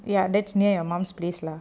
ya that's near your mum's place lah